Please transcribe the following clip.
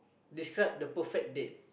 describe the perfect date